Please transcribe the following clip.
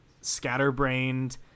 scatterbrained